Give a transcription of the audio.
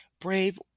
brave